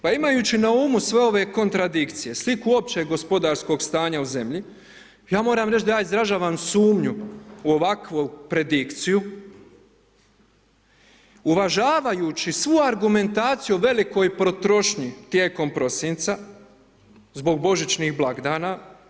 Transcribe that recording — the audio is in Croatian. Pa imajući na umu sve ove kontradikcije, sliku općeg gospodarskog stanja u zemlji, ja moram reći da ja izražavam sumnju u ovakvu predikciju, uvažavajući svu argumentaciju velikoj potrošnji tijekom prosinca zbog Božićnih blagdana.